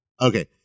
Okay